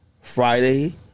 Friday